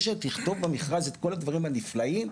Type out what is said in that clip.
זה שתכתוב במכרז את כל הדברים הנפלאים,